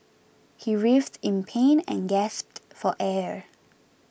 he writhed in pain and gasped for air